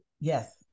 Yes